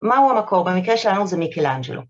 מהו המקור במקרה שלנו זה מיכאלאנג'לו.